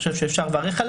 אני חושב שאפשר לברך עליה,